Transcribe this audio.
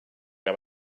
que